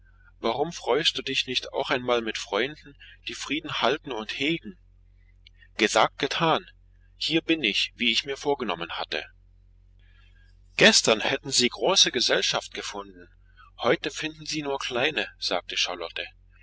warum freust du dich nicht auch einmal mit freunden die frieden halten und hegen gesagt getan hier bin ich wie ich mir vorgenommen hatte gestern hätten sie große gesellschaft gefunden heute finden sie nur kleine sagte